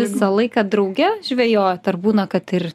visą laiką drauge žvejojat ar būna kad ir